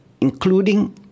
including